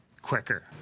quicker